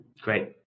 Great